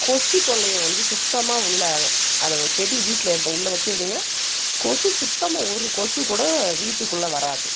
கொசு தொல்லையை வந்து சுத்தமாக உள்ள அதை செடி வீட்டில் இருந் உள்ள வச்சுருந்திங்கனா கொசு சுத்தமாக ஒரு கொசு கூட வீட்டுக்குள்ளே வராது